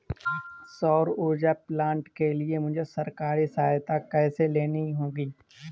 सौर ऊर्जा प्लांट के लिए मुझे सरकारी सहायता कैसे लेनी होगी?